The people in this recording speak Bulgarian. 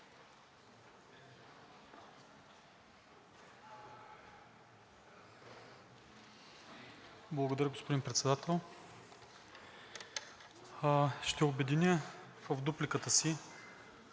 Благодаря, господин Председател. Ще обединя в дупликата си